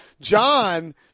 John